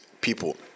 people